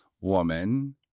woman